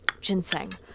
ginseng